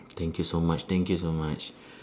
thank you so much thank you so much